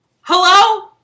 Hello